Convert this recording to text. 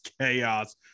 Chaos